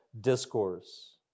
Discourse